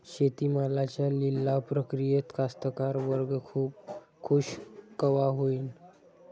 शेती मालाच्या लिलाव प्रक्रियेत कास्तकार वर्ग खूष कवा होईन?